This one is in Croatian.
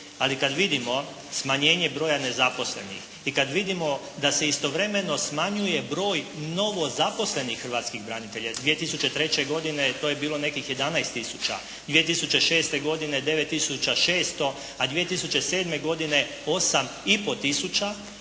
Ali kad vidimo smanjenje broja nezaposlenih i kad vidimo da se istovremeno smanjuje broj novozaposlenih hrvatskih branitelja. 2003. godine to je bilo nekih 11 tisuća. 2006. godine 9 tisuća 600, a 2007. godine 8